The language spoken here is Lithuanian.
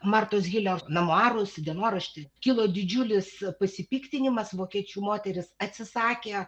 martos hilers memuarus dienoraštį kilo didžiulis pasipiktinimas vokiečių moterys atsisakė